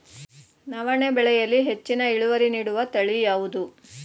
ನವಣೆ ಬೆಳೆಯಲ್ಲಿ ಹೆಚ್ಚಿನ ಇಳುವರಿ ನೀಡುವ ತಳಿ ಯಾವುದು?